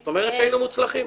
זאת אומרת שהיינו מוצלחים.